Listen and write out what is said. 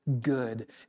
good